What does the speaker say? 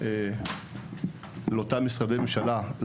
אל אותם משרדי ממשלה.